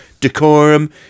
Decorum